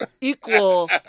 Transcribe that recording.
equal